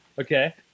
okay